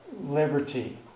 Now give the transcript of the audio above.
liberty